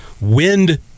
wind